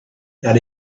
that